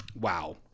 Wow